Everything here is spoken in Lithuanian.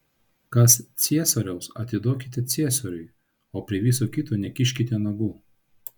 kas ciesoriaus atiduokite ciesoriui o prie viso kito nekiškite nagų